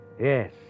Yes